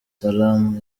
salaam